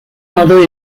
modu